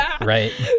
Right